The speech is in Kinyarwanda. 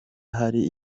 hari